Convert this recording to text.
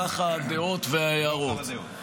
ככה הדעות וההערות.